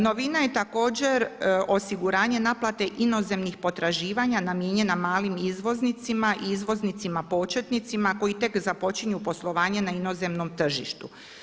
Novina je također osiguranje naplate inozemnih potraživanja namijenjena malim izvoznicima i izvoznicima početnicima koji tek započinju poslovanje na inozemnom tržištu.